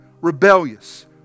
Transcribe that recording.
Rebellious